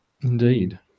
Indeed